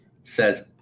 says